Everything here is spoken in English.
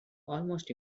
almost